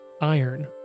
iron